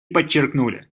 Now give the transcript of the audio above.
подчеркнули